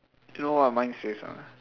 you know what mine says or not